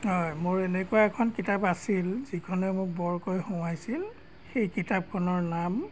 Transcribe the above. হয় মোৰ এনেকুৱা এখন কিতাপ আছিল যিখনে মোক বৰকৈ সোঁৱৰাইছিল সেই কিতাপখনৰ নাম